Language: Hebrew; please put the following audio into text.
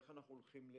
איך אנחנו הולכים להתקדם?